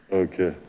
okay.